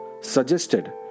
suggested